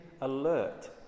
alert